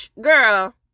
girl